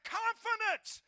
confidence